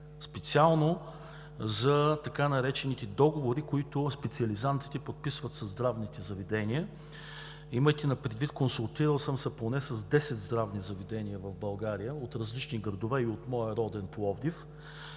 Специално за така наречените договори, които специализантите подписват със здравните заведения, имайте предвид, консултирал съм се поне с 10 здравни заведения в България от различни градове и от моя роден – Пловдив,